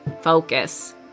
Focus